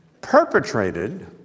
perpetrated